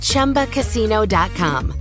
Chumbacasino.com